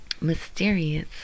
mysterious